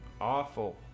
Awful